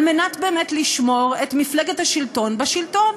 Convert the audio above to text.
כדי באמת לשמור את מפלגת השלטון בשלטון,